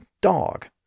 dog